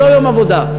זה לא יום עבודה.